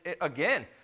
again